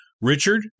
Richard